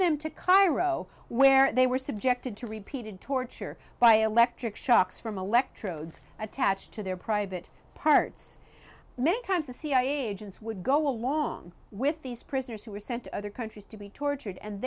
them to cairo where they were subjected to repeated torture by electric shocks from electrodes attached to their private parts many times the cia agents would go along with these prisoners who were sent to other countries to be tortured and